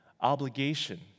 obligation